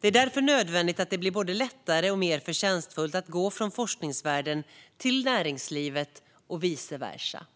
Det är därför nödvändigt att det blir både lättare och mer förtjänstfullt att gå från forskningsvärlden till näringslivet och vice versa.